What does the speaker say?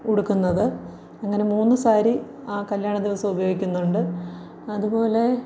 ഉടുക്കുന്നത് അങ്ങനെ മൂന്ന് സാരി ആ കല്യാണദിവസം ഉപയോഗിക്കുന്നുണ്ട് അതുപോലെ